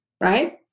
right